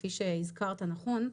כפי שהזכרת נכון,